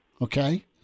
Okay